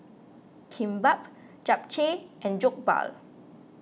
Kimbap Japchae and Jokbal